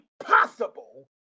impossible